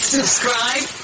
Subscribe